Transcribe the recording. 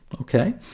Okay